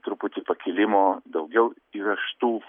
truputį pakilimo daugiau įvežtų